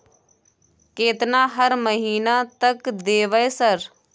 केतना हर महीना तक देबय सर?